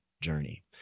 journey